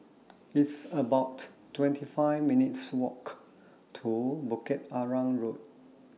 It's about twenty five minutes' Walk to Bukit Arang Road